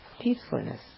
peacefulness